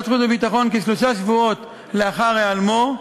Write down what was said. החוץ והביטחון כשלושה שבועות לאחר היעלמו,